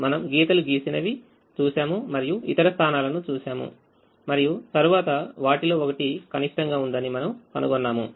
మనము గీతలు గీసినవి చూసాముమరియు ఇతర స్థానాలను చూశాము మరియు తరువాత వాటిలో ఒకటి కనిష్టంగా ఉందనిమనము కనుగొన్నాము